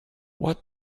what